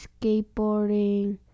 skateboarding